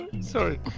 Sorry